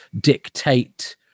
dictate